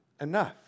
enough